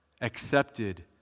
accepted